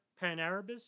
pan-Arabists